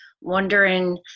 wondering